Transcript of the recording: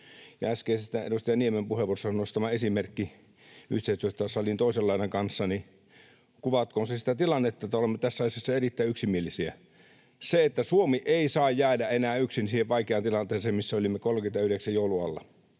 Äskeisestä edustaja Niemen puheenvuorossaan nostamasta esimerkistä, yhteistyöstä salin toisen laidan kanssa. Kuvatkoon se sitä tilannetta, että olemme tässä asiassa erittäin yksimielisiä. Suomi ei saa jäädä enää yksin siihen vaikeaan tilanteeseen, missä olimme joulun alla